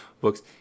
books